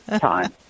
time